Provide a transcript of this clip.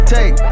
Take